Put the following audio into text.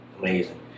Amazing